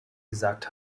gesagt